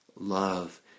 Love